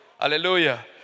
Hallelujah